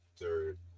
third